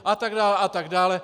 A tak dále a tak dále.